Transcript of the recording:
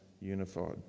unified